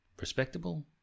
respectable